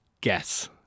guess